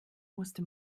musste